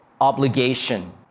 obligation